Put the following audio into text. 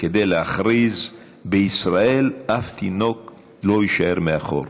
כדי להכריז: בישראל אף תינוק לא יישאר מאחור.